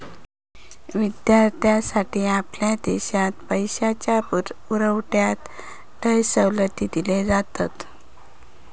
विद्यार्थ्यांसाठी आपल्या देशात पैशाच्या पुरवठ्यात लय सवलती दिले जातत